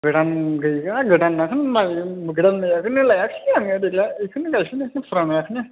गोदान गैया गोदानाथ' मारै गोदाननाखौनो लायाखसै आङो देग्लाय बेखौनो गायस्लायनोसै देग्लाय फुरानाखौनो